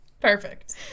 Perfect